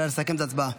נא לסכם את ההצבעה.